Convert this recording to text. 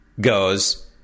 goes